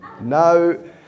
No